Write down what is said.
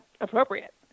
appropriate